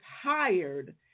hired